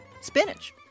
spinach